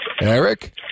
Eric